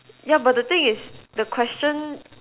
yeah but the thing is the question